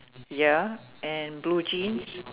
ya and blue jeans